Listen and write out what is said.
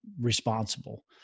responsible